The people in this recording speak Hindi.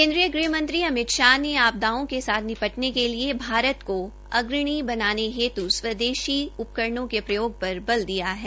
केन्द्रीय गृह मंत्री अमित शाह ने आपदाओं के साथ निपटने के लिए भारत को अग्रणी बनाने हेतु स्वदेशी साजो सामान के प्रयोग पर बल दिया है